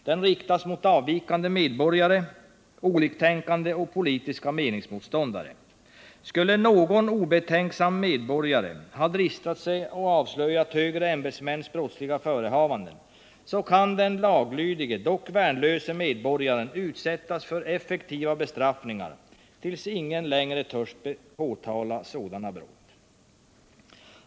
Den riktas mot avvikande medborgare, oliktänkande och politiska meningsmotståndare. Skulle någon obetänksam medborgare har dristat sig att avslöja högre ämbetsmäns brottsliga förehavanden så kan den laglydige men värnlöse medborgaren utsättas för effektiva bestraffningar tills ingen längre törs påtala sådana brott.